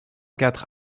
quatre